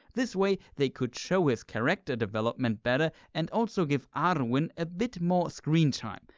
this way they could show his character development better and also give arwen a bit more screen time.